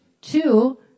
Two